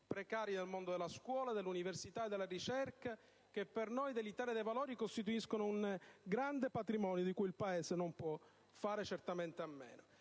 precari del mondo della scuola, dell'università e della ricerca, che per noi dell'Italia dei Valori costituiscono un grande patrimonio di cui il Paese non può certamente fare a meno.